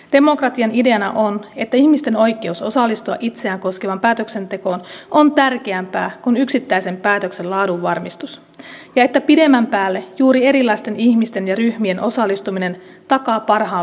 demokratian ideana on että ihmisten oikeus osallistua itseään koskevaan päätöksentekoon on tärkeämpää kuin yksittäisen päätöksen laadun varmistus ja että pidemmän päälle juuri erilaisten ihmisten ja ryhmien osallistuminen takaa parhaan lopputuloksen